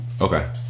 Okay